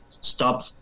Stop